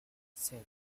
seven